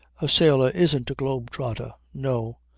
a sailor isn't a globe-trotter. no,